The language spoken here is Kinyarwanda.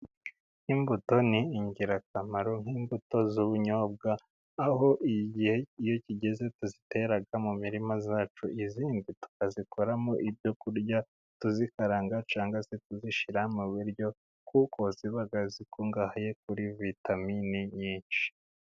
Imbuto ni ingirakamaro nk'imbuto z'ubunyobwa, aho igihe iyo kigeze tuzitera mu mirima yacu, izindi tukazikoramo ibyo kurya tuzikaranga cyangwa se kuzishyira mu biryo, kuko ziba zikungahaye kuri vitamine nyinshi.